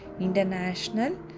International